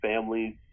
families